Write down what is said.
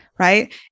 right